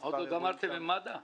עוד לא גמרתם עם מד"א?